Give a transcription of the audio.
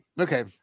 Okay